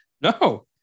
No